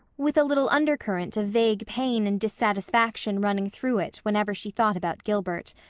with a little under current of vague pain and dissatisfaction running through it whenever she thought about gilbert.